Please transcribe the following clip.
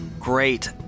Great